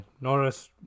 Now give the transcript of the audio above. Norris